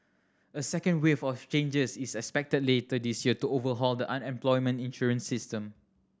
a second wave of changes is expected later this year to overhaul the unemployment insurance system